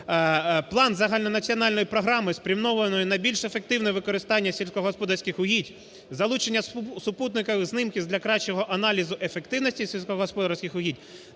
"План загальнонаціональної програми спрямовано на більше ефективне використання сільськогосподарських угідь, залучення супутникових знімків для кращого аналізу ефективності сільськогосподарських угідь